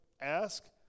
Ask